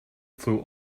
flew